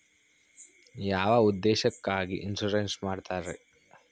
ಯಾವ ಉದ್ದೇಶಕ್ಕಾಗಿ ಇನ್ಸುರೆನ್ಸ್ ಮಾಡ್ತಾರೆ?